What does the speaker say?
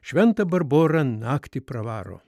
šventa barbora naktį pravaro